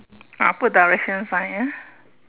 ah put direction sign ah